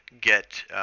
get